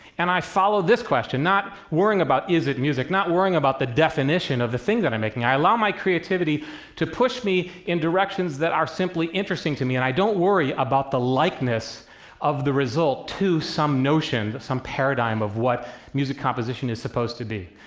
and i follow this question, not worrying about is it music? not worrying about the definition of the thing that i'm making. i allow my creativity to push me in directions that are simply interesting to me, and i don't worry about the likeness of the result to some notion, some paradigm, of what music composition is supposed to be,